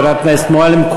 חברת הכנסת מועלם,